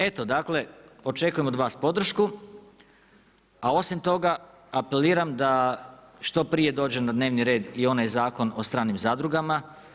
Eto, dakle, očekujem od vas podršku, a osim toga apeliram da što prije dođe na dnevni red i onaj Zakon o stranim zadrugama.